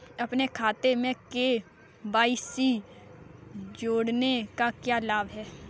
अपने खाते में के.वाई.सी जोड़ने का क्या लाभ है?